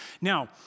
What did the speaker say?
Now